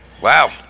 Wow